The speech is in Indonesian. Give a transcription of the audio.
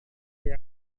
jika